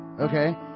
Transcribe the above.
Okay